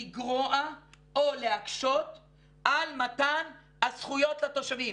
לגרוע או להקשות על מתן הזכויות לתושבים,